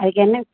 அதுக்கு என்ன